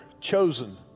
chosen